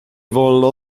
wolno